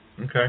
Okay